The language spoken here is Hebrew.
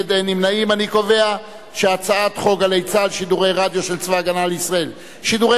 חוק "גלי צה"ל" שידורי רדיו של צבא-הגנה לישראל (שידורי